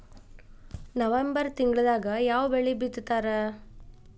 November ತಿಂಗಳದಾಗ ಯಾವ ಬೆಳಿ ಬಿತ್ತತಾರ?